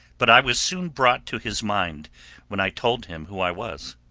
but i was soon brought to his mind when i told him who i was.